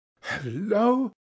hello